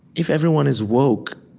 if everyone is woke,